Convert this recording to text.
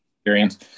experience